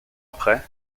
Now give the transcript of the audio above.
après